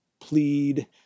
plead